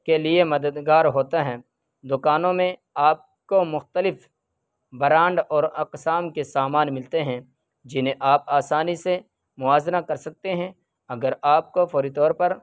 کے لیے مددگار ہوتے ہیں دکانوں میں آپ کو مختلف برانڈ اور اقسام کے سامان ملتے ہیں جنہیں آپ آسانی سے موازنہ کر سکتے ہیں اگر آپ کو فوری طور پر